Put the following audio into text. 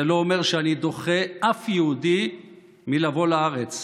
זה לא אומר שאני דוחה יהודי כלשהו מלבוא לארץ.